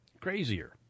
crazier